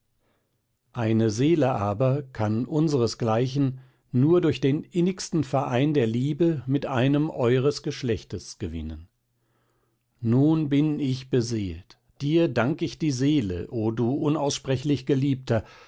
eine seele aber kann unsresgleichen nur durch den innigsten verein der liebe mit einem eures geschlechtes gewinnen nun bin ich beseelt dir dank ich die seele o du unaussprechlich geliebter